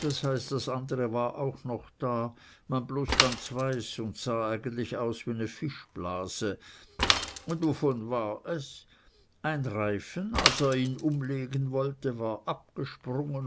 das heißt das andre war auch noch da man bloß ganz weiß und sah eigentlich aus wie ne fischblase un wovon war es ein reifen als er ihn umlegen wollte war abgesprungen